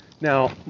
now